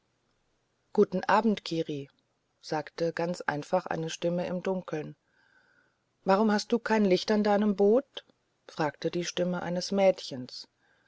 guten abend kiri sagte ganz einfach eine stimme im dunkel warum hast du kein licht an deinem boot sagte die stimme eines mädchens